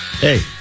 Hey